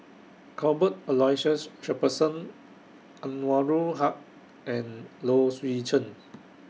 Cuthbert Aloysius Shepherdson Anwarul Haque and Low Swee Chen